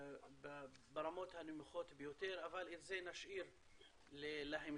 ברמות הנמוכות ביותר, אבל את זה נשאיר להמשך.